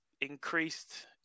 increased